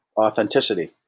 authenticity